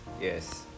Yes